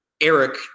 Eric